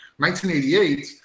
1988